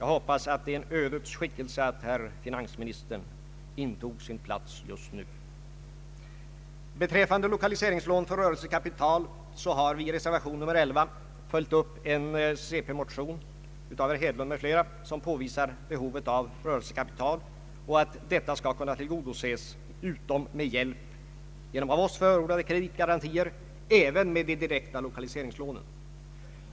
— Jag hoppas att det är en ödets skickelse att finansministern just nu intog sin plats i regeringsbänken. Beträffande lokaliseringslån för rörelsekapital så har vi i reservation 11 följt upp en cp-motion av herr Hedlund m.fl., som påvisar behovet av rörelsekapital och att detta skall kunna tillgodoses förutom med hjälp genom av oss förordade kreditgarantier även med de direkta lokaliseringslånen.